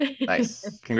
Nice